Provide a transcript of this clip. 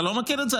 אתה לא מכיר את זה?